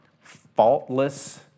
faultless